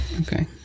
Okay